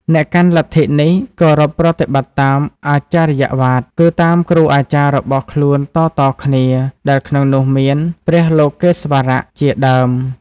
អ្នកកាន់លទ្ធិនេះគោរពប្រតិបត្តិតាម អាចរិយវាទ គឺតាមគ្រូអាចារ្យរបស់ខ្លួនតៗគ្នា ដែលក្នុងនោះមាន ព្រះលោកេស្វរៈ ជាដើម។